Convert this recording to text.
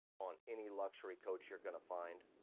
on any luxury coach you're gonna find,